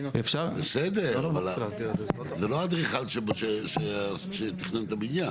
בסדר, זה לא האדריכל שתכנן את הבניין.